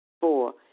Four